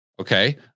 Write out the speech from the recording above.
Okay